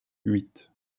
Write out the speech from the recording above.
huit